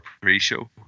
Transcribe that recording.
pre-show